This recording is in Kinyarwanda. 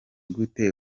gute